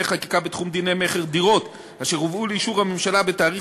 ערבות חוק המכר הממומנת מקופת הפרויקט